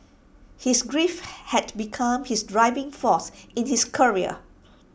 his grief had become his driving force in his career